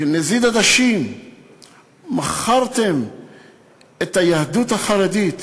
בשביל נזיד עדשים מכרתם את היהדות החרדית,